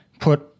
put